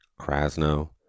Krasno